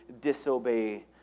disobey